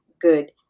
good